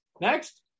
Next